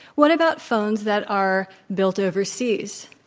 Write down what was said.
what about phones that are built overseas?